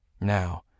Now